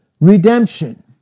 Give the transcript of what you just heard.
redemption